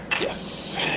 Yes